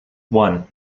one